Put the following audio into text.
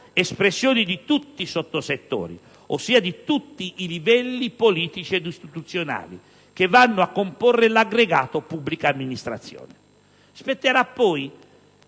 espressione di tutti i sottosettori, ossia di tutti i livelli politici ed istituzionali che vanno a comporre l'aggregato pubblica amministrazione. Spetterà poi